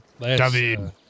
David